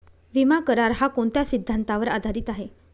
विमा करार, हा कोणत्या सिद्धांतावर आधारीत आहे?